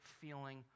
feeling